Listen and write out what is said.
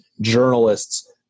journalists